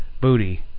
booty